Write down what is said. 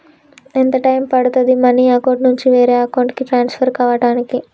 ఎంత టైం పడుతుంది money account నుంచి వేరే అకౌంట్ కి ట్రాన్స్ఫర్ కావటానికి?